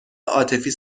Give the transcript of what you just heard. عاطفی